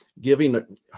giving